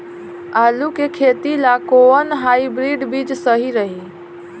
आलू के खेती ला कोवन हाइब्रिड बीज सही रही?